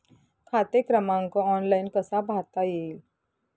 खाते क्रमांक ऑनलाइन कसा पाहता येईल?